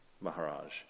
Maharaj